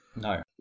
No